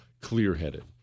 clear-headed